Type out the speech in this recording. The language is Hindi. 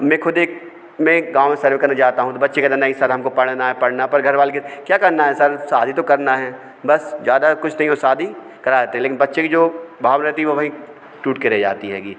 मैं खुद एक मैं एक गाँव सर्वे करने जाता हूँ तो बच्चे कहते नहीं सर हमको पढ़ना है पढ़ना है पर घरवाले क्या करना है सर शादी तो करना है बस ज़्यादा कुछ नहीं ओ शादी करा देते हैं लेकिन बच्चे की जो भाव रहती है वो वहीं टूट के रह जाती हैगी